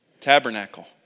tabernacle